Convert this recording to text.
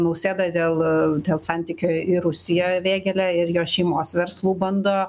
nausėda dėl dėl santykio į rusiją vėgėlę ir jo šeimos verslų bando